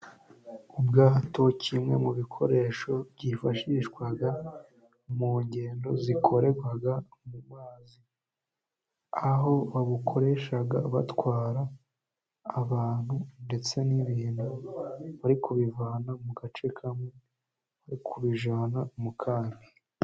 Ubwato kimwe mu bikoresho byifashishwa mu ngendo zikorerwa mu mazi, aho babukoresha batwara abantu ndetse n'ibintu bari kubivana mu gace kamwe no kubijyana mu kandi.